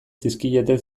zizkieten